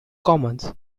commons